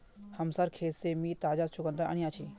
हमसार खेत से मी ताजा चुकंदर अन्याछि